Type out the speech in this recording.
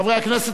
חברי הכנסת,